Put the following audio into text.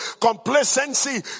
complacency